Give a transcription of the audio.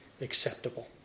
acceptable